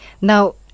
Now